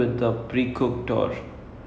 then they layer one on top of the other lah